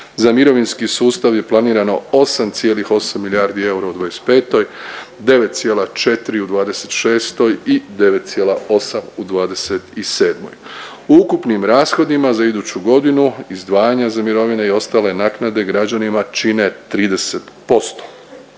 Za mirovinski sustav je planirano 8,8 milijardi eura u '25., 9,4 u '26. i 9,8 u '27.. U ukupnim rashodima za iduću godinu izdvajanja za mirovine i ostale naknade građanima čine 30%,